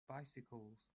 bicycles